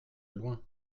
loin